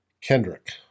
Kendrick